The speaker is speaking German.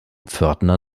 pförtner